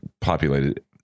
populated